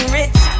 rich